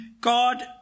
God